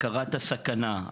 הכרת הסכנה,